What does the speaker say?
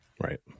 Right